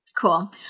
Cool